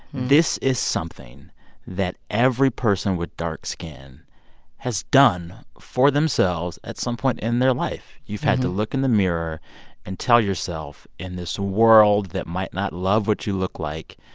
this is something that every person with dark skin has done for themselves at some point in their life. you've had to look in the mirror and tell yourself in this world that might not love what you look like,